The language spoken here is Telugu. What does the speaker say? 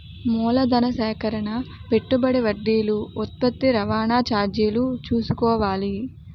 మూలధన సేకరణ పెట్టుబడి వడ్డీలు ఉత్పత్తి రవాణా చార్జీలు చూసుకోవాలి